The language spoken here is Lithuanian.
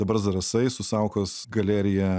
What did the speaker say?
dabar zarasai su saukos galerija